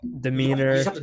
demeanor